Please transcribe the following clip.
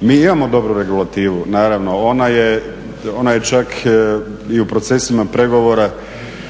Mi imamo dobru regulativu naravno ona je čak i u procesima pregovora